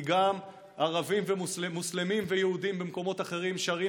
כי גם ערבים מוסלמים ויהודים במקומות אחרים שרים